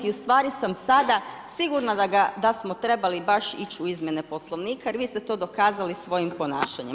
I u stvari sam sada sigurna da smo trebali baš ići u izmjene Poslovnika jer vi ste to dokazali svojim ponašanjem.